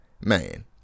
man